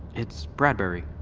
it's bradbury.